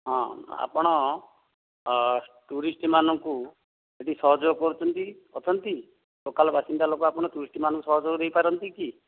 ହଁ ଆପଣ ଟୁରିଷ୍ଟ୍ମାନଙ୍କୁ ଏଠି ସହଯୋଗ କରୁଛନ୍ତି ଅଛନ୍ତି ଲୋକାଲ ବାସିନ୍ଦା ଲୋକ ଆପଣ ଟୁରିଷ୍ଟ୍ମାନଙ୍କୁ ସହଯୋଗ ଦେଇପାରନ୍ତି କି